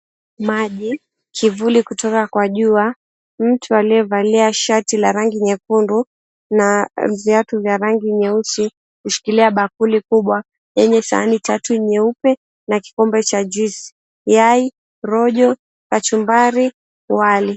Maji, kivuli kutoka kwa jua, mtu aliyevalia shati la rangi nyekundu na viatu vya rangi nyeusi kushikilia bakuli kubwa yenye sahani tatu nyeupe na kikombe cha juisi, yai, rojo, kachumbari, wali.